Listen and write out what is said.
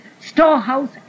storehouse